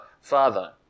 Father